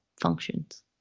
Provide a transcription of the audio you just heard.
functions